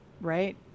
right